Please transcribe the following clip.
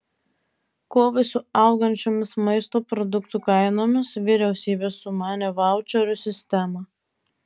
kovai su augančiomis maisto produktų kainomis vyriausybė sumanė vaučerių sistemą